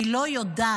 אני לא יודעת,